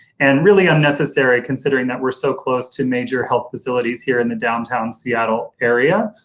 and really unnecessary considering that we're so close to major health facilities here in the downtown seattle area.